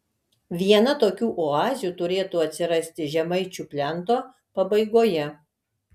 viena tokių oazių turėtų atsirasti žemaičių plento pabaigoje